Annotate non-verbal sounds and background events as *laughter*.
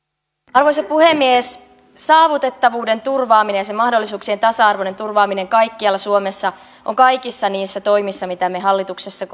arvoisa puhemies saavutettavuuden turvaaminen ja mahdollisuuksien tasa arvoinen turvaaminen kaikkialla suomessa on kaikissa niissä toimissa mitä me hallituksessa *unintelligible*